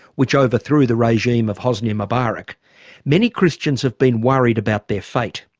which overthrew the regime of hosni mubarak many christians have been worried about their fate.